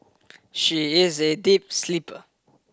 she is a deep sleeper